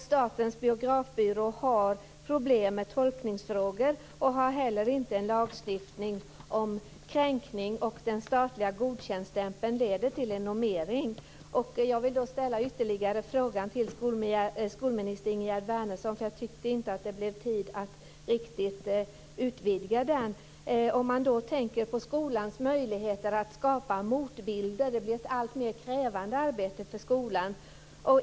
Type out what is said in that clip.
Statens Biografbyrå har problem med tolkningsfrågor och har heller inte en lagstiftning om kränkning. Den statliga godkändstämpeln leder till en normering. Ingegerd Wärnersson. Jag tyckte inte att det riktig blev tid till en utvidgning. Om man tänker på skolans möjligheter att skapa motbilder blir det ett alltmer krävande arbete för skolan.